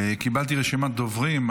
קיבלתי רשימת דוברים.